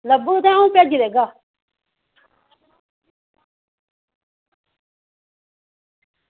लब्भग तां अंऊ भेजी देगा